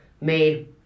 made